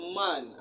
man